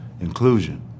inclusion